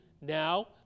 now